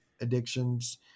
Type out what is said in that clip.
addictions